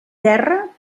terra